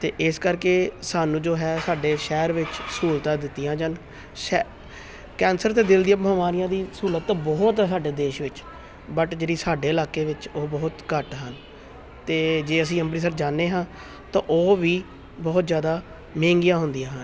ਅਤੇ ਇਸ ਕਰਕੇ ਸਾਨੂੰ ਜੋ ਹੈ ਸਾਡੇ ਸ਼ਹਿਰ ਵਿੱਚ ਸਹੂਲਤਾਂ ਦਿੱਤੀਆਂ ਜਾਣ ਸ਼ਹਿ ਕੈਂਸਰ ਅਤੇ ਦਿਲ ਦੀਆਂ ਬਿਮਾਰੀਆਂ ਦੀ ਸਹੂਲਤ ਬਹੁਤ ਹੈ ਸਾਡੇ ਦੇਸ਼ ਵਿੱਚ ਬਟ ਜਿਹੜੀ ਸਾਡੇ ਇਲਾਕੇ ਵਿੱਚ ਉਹ ਬਹੁਤ ਘੱਟ ਹਨ ਅਤੇ ਜੇ ਅਸੀਂ ਅੰਮ੍ਰਿਤਸਰ ਜਾਂਦੇ ਹਾਂ ਤਾਂ ਉਹ ਵੀ ਬਹੁਤ ਜ਼ਿਆਦਾ ਮਹਿੰਗੀਆਂ ਹੁੰਦੀਆਂ ਹਨ